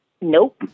Nope